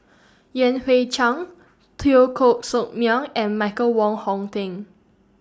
Yan Hui Chang Teo Koh Sock Miang and Michael Wong Hong Teng